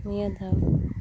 ᱱᱤᱭᱟᱹ ᱫᱷᱟᱣ